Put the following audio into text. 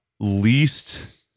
least